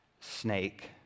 snake